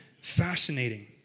fascinating